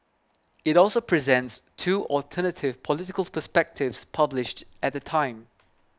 it also presents two alternative political perspectives published at the time